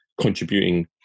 contributing